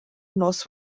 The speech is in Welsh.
nos